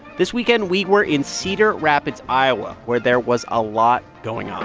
this weekend, we were in cedar rapids, iowa, where there was a lot going